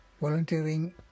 volunteering